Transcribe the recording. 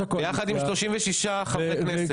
יושב-ראש הקואליציה,